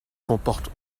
comporte